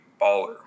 baller